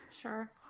Sure